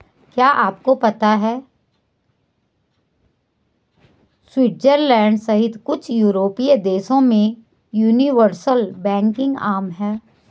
क्या आपको पता है स्विट्जरलैंड सहित कुछ यूरोपीय देशों में यूनिवर्सल बैंकिंग आम है?